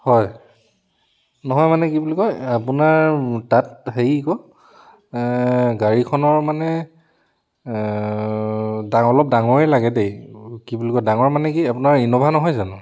হয় নহয় মানে কি বুলি কয় আপোনাৰ তাত হেৰি আকৌ গাড়ীখনৰ মানে ডাঙ অলপ ডাঙৰেই লাগে দেই কি বুলি কয় ডাঙৰ মানে কি আপোনাৰ ইন'ভা নহয় জানোঁ